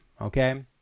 Okay